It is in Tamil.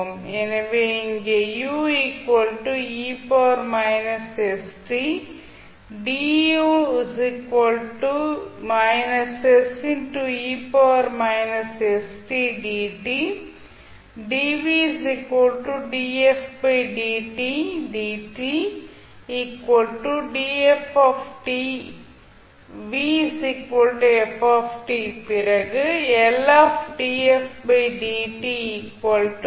எனவே இங்கே u e−st du −se−st dt dv dfdt dt df v f